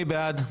מי בעד?